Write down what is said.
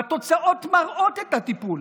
והתוצאות מראות את הטיפול,